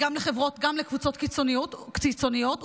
גם קבוצות קיצוניות,